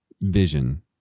vision